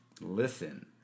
Listen